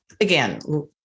again